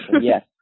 Yes